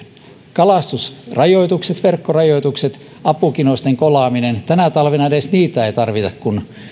kalastusrajoitukset verkkorajoitukset apukinosten kolaaminen tänä talvena edes niitä ei tarvita kun